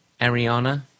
Ariana